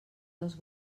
dels